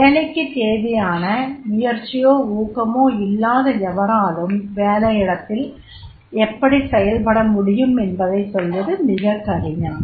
வேலைக்குத் தேவையான முயற்சியோ ஊக்கமோ இல்லாத எவராலும் வேலையிடத்தில் எப்படி செயல்படமுடியும் என்பதை சொல்வது மிகக் கடினம்